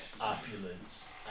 Opulence